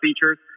features